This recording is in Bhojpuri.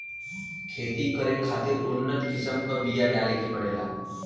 खेती करे खातिर उन्नत किसम के बिया डाले के पड़ेला